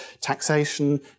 taxation